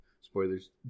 Spoilers